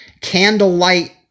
candlelight